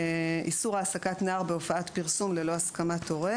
איסור העסקת נער בהופעת פרסום ללא הסכמת הורה: